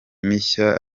mishya